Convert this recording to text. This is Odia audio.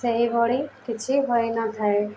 ସେହିଭଳି କିଛି ହୋଇନଥାଏ